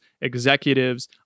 executives